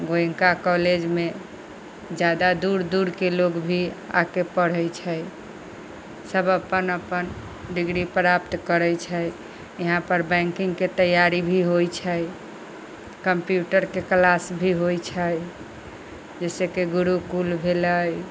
गोयनका कॉलेजमे जादा दूर दूर के लोग भी आके पढ़े छै सब अपन अपन डिग्री प्राप्त करै छै यहाँ पर बैंकिंगके तैयारी भी होइ छै कम्प्यूटरके क्लास भी होइ छै जैसेकि गुरुकुल भेलै